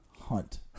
Hunt